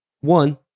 one